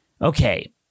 Okay